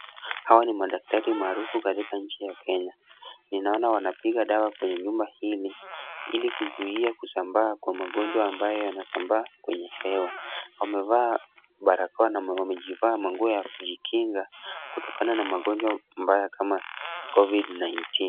Hawa ni madaktari maarufu katika nchi ya Kenya. Ninaona wanapiga dawa kwenye nyumba hili ili kuzuia kusambaa kwa magonjwa ambayo yanasambaa kwenye hewa. Wamevaa barakoa na wamejivaa manguo ya kujikinga kutokana na magonjwa mbaya kama Covid 19 .